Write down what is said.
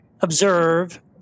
observe